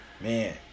man